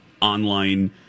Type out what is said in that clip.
online